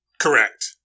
Correct